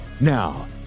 Now